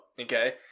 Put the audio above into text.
okay